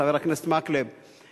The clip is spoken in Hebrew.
חבר הכנסת מקלב,